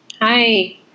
Hi